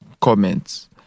comments